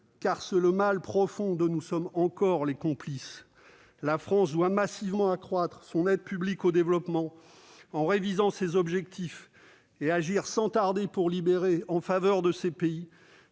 car c'est le mal profond dont nous sommes encore les complices. La France doit massivement augmenter son aide publique au développement en révisant ses objectifs. Notre pays doit agir sans tarder pour mettre à disposition de ces pays